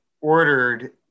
ordered